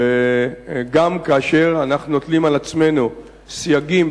שגם כאשר אנחנו נוטלים על עצמנו סייגים,